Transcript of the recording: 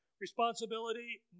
Responsibility